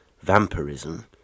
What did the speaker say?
vampirism